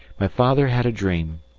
my father had a dream,